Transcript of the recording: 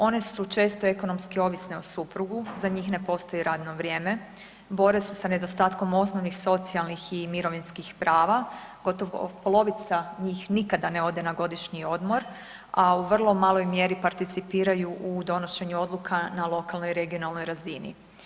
One su često ekonomski ovisne o suprugu, za njih ne postoji radno vrijeme, bore sa nedostatkom osnovnih socijalnih i mirovinskih prava, gotovo polovica njih nikada ne ode na godišnji odmor a u vrlo maloj mjeri participiraju u donošenju odluka na lokalnoj i regionalnoj razini.